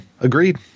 agreed